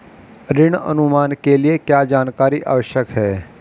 ऋण अनुमान के लिए क्या जानकारी आवश्यक है?